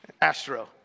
Astro